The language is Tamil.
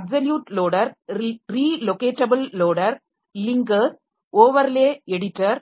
absolute loader relocatable loader linkers overlay editor